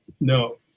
No